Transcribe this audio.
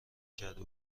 کرده